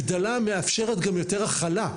הגדלה מאפשרת גם יותר הכלה,